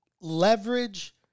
leverage